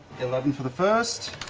eleven for the first,